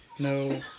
No